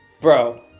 Bro